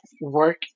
work